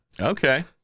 Okay